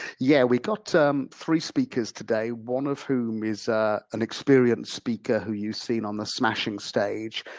yeah, we got um three speakers today, one of whom is ah an experienced speaker who you've seen on the smashing stage